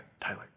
Tyler